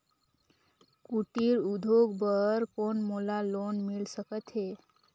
कुटीर उद्योग बर कौन मोला लोन मिल सकत हे?